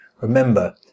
Remember